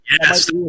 yes